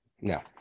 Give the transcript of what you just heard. no